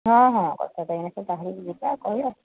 ହଁ ହଁ କଥା କହିବା ବାହାରି ଯିବା କହିବା